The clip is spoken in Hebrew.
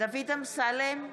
דוד אמסלם,